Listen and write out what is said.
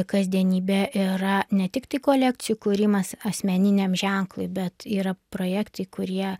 kasdienybė yra ne tiktai kolekcijų kūrimas asmeniniam ženklui bet yra projektai kurie